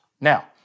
Now